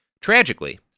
Tragically